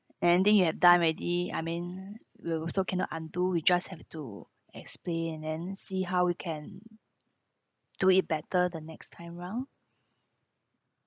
and then you have done already I mean you also cannot undo we just have to explain and then see how we can do it better the next time round